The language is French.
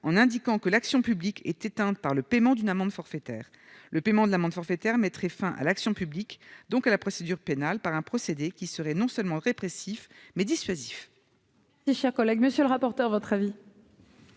en indiquant que l'action publique est éteinte par le paiement d'une amende forfaitaire le paiement de l'amende forfaitaire mettrait fin à l'action publique, donc la procédure pénale par un procédé qui serait non seulement répressif mais dissuasif. Mes chers collègues, monsieur le rapporteur, votre avis.